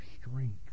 strength